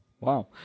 wow